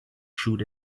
through